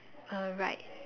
uh right